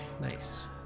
Nice